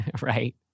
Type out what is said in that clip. Right